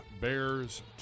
Bears